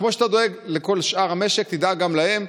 כמו שאתה דואג לכל שאר המשק, תדאג גם להם.